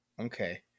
Okay